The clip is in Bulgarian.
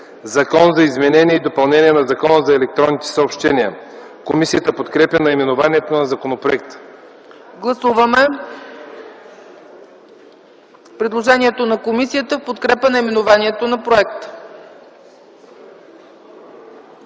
Закон за изменение и допълнение на Закона за електронните съобщения”. Комисията подкрепя наименованието на законопроекта. ПРЕДСЕДАТЕЛ ЦЕЦКА ЦАЧЕВА: Гласуваме предложението на комисията в подкрепа на наименованието на проекта.